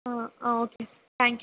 ஆ ஆ okay thank you